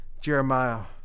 Jeremiah